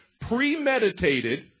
premeditated